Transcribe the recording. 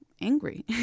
angry